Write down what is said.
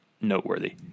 noteworthy